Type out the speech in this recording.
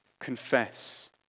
Confess